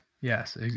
Yes